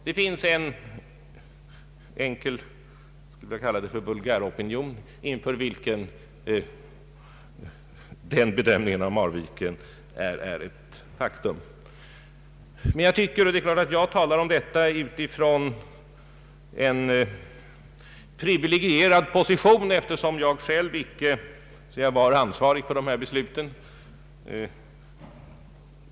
Det finns vad jag vill kalla en enkel vulgäropinion för vilken den bedömningen av Marviken är ett faktum. Det är klart att jag talar om detta utifrån en privilegierad position, eftersom jag själv icke var ansvarig för dessa beslut.